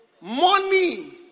Money